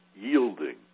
yielding